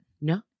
No